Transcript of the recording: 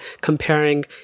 comparing